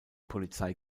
polizei